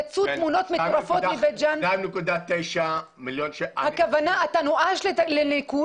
יצאו תמונות מטורפות מבית-ג'ן ----- הכוונה היא שאתה נואש לניקוז,